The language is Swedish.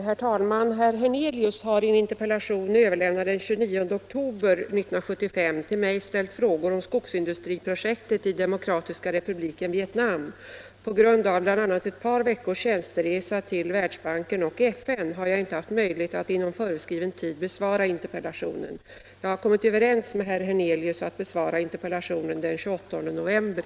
Herr talman! På grund av bl.a. utlandsresa har jag inte haft tillfälle att inom föreskriven tid besvara interpellationen av herr Svensson i Kungälv om en ny ekonomisk världsordning. Min avsikt är att lämna svaret den 4 december.